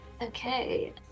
Okay